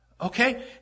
okay